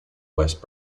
west